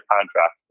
contract